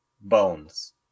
bones